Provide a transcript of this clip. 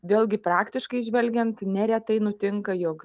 vėlgi praktiškai žvelgiant neretai nutinka jog